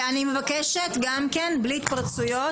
אני מבקשת, בלי התפרצויות.